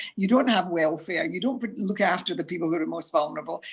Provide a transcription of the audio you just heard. you don't have welfare, you don't look after the people who are most vulnerable,